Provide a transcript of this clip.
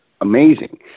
amazing